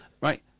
right